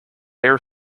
air